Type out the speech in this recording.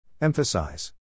Emphasize